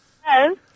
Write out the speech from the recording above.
Hello